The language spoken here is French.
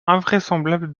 invraisemblable